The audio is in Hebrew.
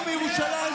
פה בירושלים,